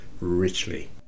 richly